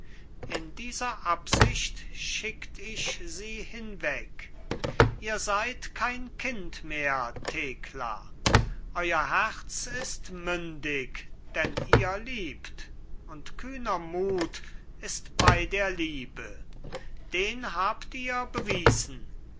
in dieser absicht schickt ich sie hinweg ihr seid kein kind mehr thekla euer herz ist mündig denn ihr liebt und kühner mut ist bei der liebe den habt ihr bewiesen